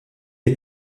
est